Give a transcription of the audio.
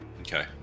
Okay